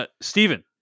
Stephen